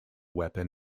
weapon